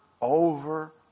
over